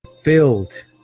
filled